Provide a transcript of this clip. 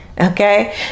okay